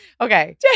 okay